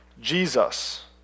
Jesus